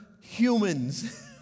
humans